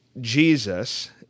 Jesus